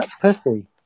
pussy